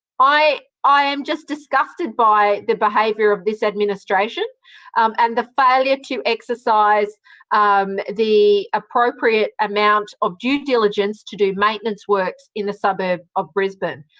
i i am just disgusted by the behaviour of this administration and the failure to exercise um the appropriate amount of due diligence to do maintenance works in the suburb of brisbane.